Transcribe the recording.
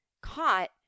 caught